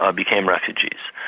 ah became refugees.